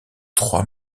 trois